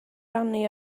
rannu